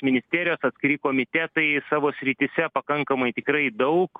ministerijos atskiri komitetai savo srityse pakankamai tikrai daug